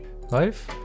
Life